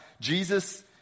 Jesus